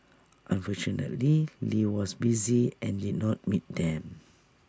unfortunately lee was busy and did not meet them